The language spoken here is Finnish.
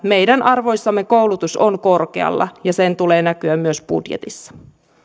meidän arvoissamme koulutus on korkealla ja sen tulee näkyä myös budjetissa